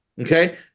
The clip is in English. okay